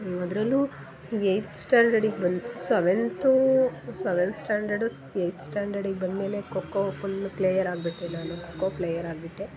ಅದರಲ್ಲೂ ಏಯ್ತ್ ಸ್ಟ್ಯಾಂಡರ್ಡಿಗೆ ಬಂದು ಸವೆಂತೂ ಸವೆಂತ್ ಸ್ಟ್ಯಾಂಡರ್ಡ್ ಸ್ ಏಯ್ತ್ ಸ್ಟ್ಯಾಂಡರ್ಡಿಗ್ ಬಂದ್ಮೇಲೆ ಖೋಖೋ ಫುಲ್ ಪ್ಲೇಯರ್ ಆಗ್ಬಿಟ್ಟೆ ನಾನು ಖೋಖೋ ಪ್ಲೇಯರ್ ಆಗ್ಬಿಟ್ಟೆ